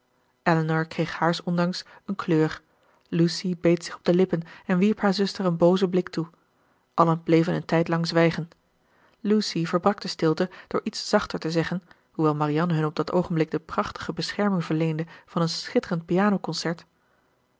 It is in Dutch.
elinor kreeg haars ondanks een kleur lucy beet zich op de lippen en wierp haar zuster een boozen blik toe allen bleven een tijdlang zwijgen lucy verbrak de stilte door iets zachter te zeggen hoewel marianne hun op dat oogenblik de prachtige bescherming verleende van een schitterend pianoconcert